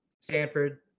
Stanford